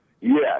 Yes